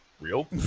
real